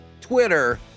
Twitter